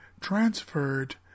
transferred